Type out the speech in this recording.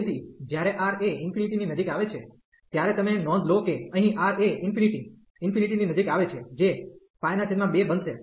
તેથી જ્યારે R એ ∞ ની નજીક આવે છે ત્યારે તમે નોંધ લો કે અહીં R એ ∞ ની નજીક આવે છે જે 2 બનશે